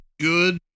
good